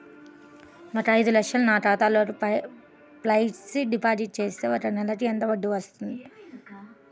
ఒక ఐదు లక్షలు నా ఖాతాలో ఫ్లెక్సీ డిపాజిట్ చేస్తే ఒక నెలకి ఎంత వడ్డీ వర్తిస్తుంది?